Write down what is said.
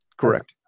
Correct